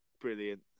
Brilliant